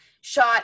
shot